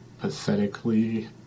pathetically